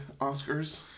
oscars